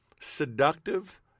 seductive